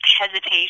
hesitation